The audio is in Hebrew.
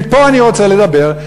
מפה אני רוצה לדבר.